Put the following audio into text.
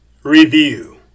review